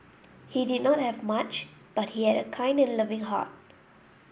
he did not have much but he had a kind and loving heart